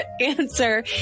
Answer